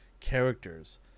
characters